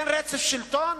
אין רצף שלטון?